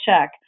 check